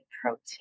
protein